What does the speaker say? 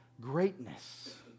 greatness